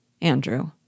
Andrew